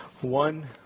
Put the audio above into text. One